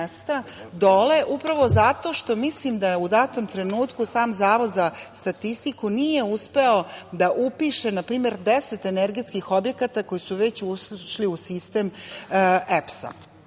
dole upravo zato što mislim da u datom trenutku sam Zavod za statistiku nije uspeo da upiše, na primer, 10 energetskih objekata koji su već ušli u sistem EPS.Zašto